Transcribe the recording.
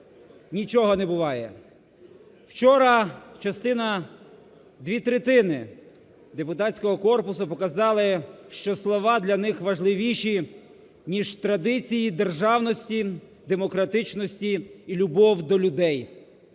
нічого не буває. Вчора частина, дві третини депутатського корпусу показали, що слова для них важливіші, ніж традиції державності, демократичності і любов до людей,